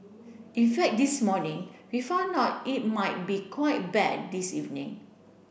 in fact this morning we found out it might be quite bad this evening